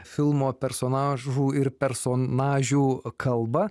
filmo personažų ir personažių kalbą